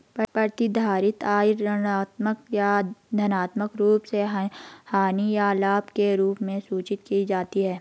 प्रतिधारित आय ऋणात्मक या धनात्मक रूप से हानि या लाभ के रूप में सूचित की जाती है